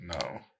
No